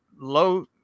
low